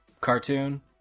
cartoon